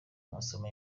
amasomo